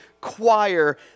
choir